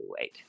wait